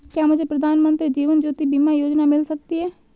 क्या मुझे प्रधानमंत्री जीवन ज्योति बीमा योजना मिल सकती है?